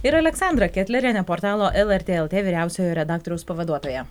ir aleksandra ketlerienė portalo lrt lt vyriausiojo redaktoriaus pavaduotoja